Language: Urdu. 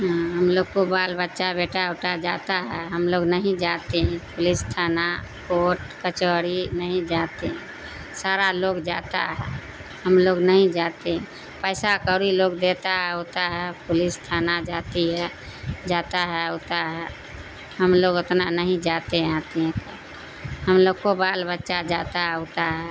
ہم لوگ کو بال بچہ بیٹا اٹا جاتا ہے ہم لوگ نہیں جاتے ہیں پولیس تھانہ کوٹ کچہری نہیں جاتے سارا لوگ جاتا ہے ہم لوگ نہیں جاتے پیسہ کوڑی لوگ دیتا ہے ہوتا ہے پولیس تھانہ جاتی ہے جاتا ہے اتا ہے ہم لوگ اتنا نہیں جاتے ہیں آتی ہیں ہم لوگ کو بال بچہ جاتا ہے اتا ہے